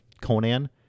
Conan